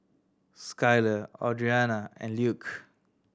Skyler Audrianna and Luke